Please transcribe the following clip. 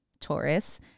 Taurus